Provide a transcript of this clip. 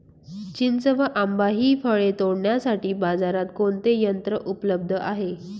चिंच व आंबा हि फळे तोडण्यासाठी बाजारात कोणते यंत्र उपलब्ध आहे?